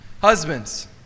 Husbands